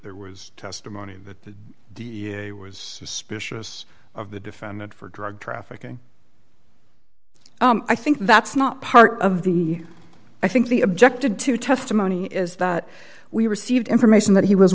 there was testimony that was suspicious of the defendant for drug trafficking i think that's not part of the i think the objected to testimony is that we received information that he was